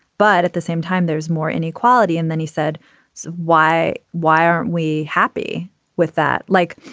but at the same time there's more inequality and then he said why why aren't we happy with that like